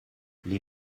les